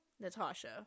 Natasha